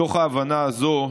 מתוך ההבנה הזו,